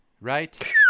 Right